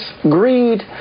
greed